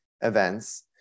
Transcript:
events